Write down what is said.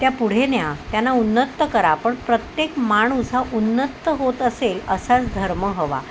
त्या पुढे न्या त्याना उन्नत करा पण प्रत्येक माणूस हा उन्नत होत असेल असाच धर्म हवा